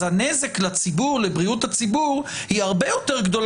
אז הנזק לבריאות הציבור הרבה יותר גדול